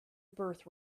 birth